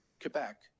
quebec